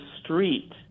street